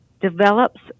develops